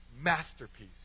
masterpiece